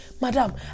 Madam